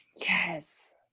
Yes